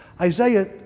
Isaiah